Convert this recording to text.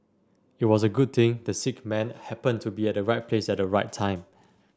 it was a good thing the sick man happened to be at the right place at the right time